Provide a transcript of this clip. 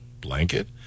Blanket